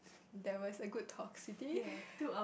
there was a good talk city